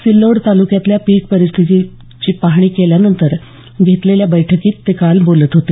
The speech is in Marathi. सिल्लोड तालुक्यातल्या पीक परिस्थितीची पाहणी केल्यानंतर घेतलेल्या बैठकीत ते काल बोलत होते